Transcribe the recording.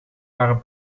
waren